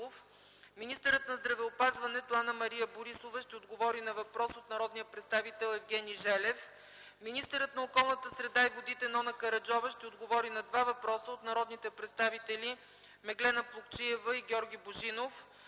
Министърът на здравеопазването Анна-Мария Борисова ще отговори на въпрос от народния представител Евгений Желев. Министърът на околната среда и водите Нона Караджова ще отговори на два въпроса от народните представители Меглена Плугчиева и Георги Божинов.